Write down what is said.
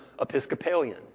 Episcopalian